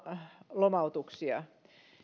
lomautuksia